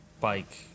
bike